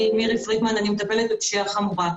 אני מירי פרידמן, אני מטפלת בפשיעה חמורה.